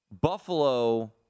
Buffalo